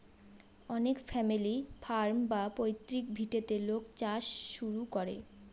অনেক family farm বা পৈতৃক ভিটেতে লোক চাষ শুরু করে